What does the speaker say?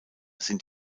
sind